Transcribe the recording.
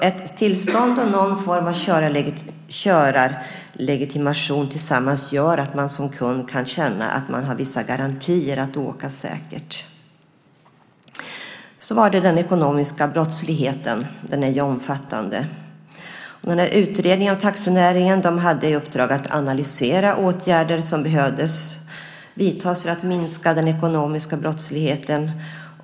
Ett tillstånd och någon form av förarlegitimation gör tillsammans att man som kund kan känna att man har vissa garantier för att åka säkert. Den ekonomiska brottsligheten är omfattande. Utredningen om taxinäringen hade i uppdrag att analysera åtgärder som behövde vidtas för att minska den ekonomiska brottsligheten.